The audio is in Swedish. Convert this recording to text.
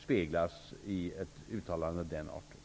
speglas i ett uttalande av den arten.